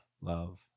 love